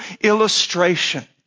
illustration